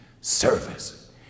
service